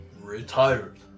Retired